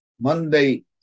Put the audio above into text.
Monday